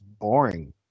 boring